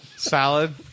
Salad